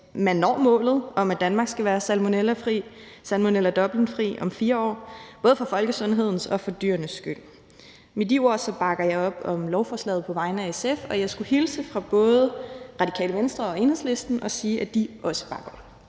man når målet om, at Danmark skal være Salmonella Dublin-fri om 4 år, både for folkesundhedens og dyrenes skyld. Med de ord bakker jeg på vegne af SF op om lovforslaget, og jeg skulle hilse fra både Radikale Venstre og Enhedslisten og sige, at de også bakker op.